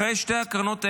אחרי שתי ההקרנות האלה,